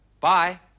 bye